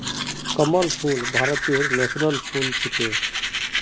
कमल फूल भारतेर नेशनल फुल छिके